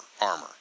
armor